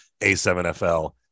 A7FL